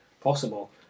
possible